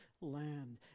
land